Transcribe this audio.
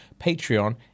Patreon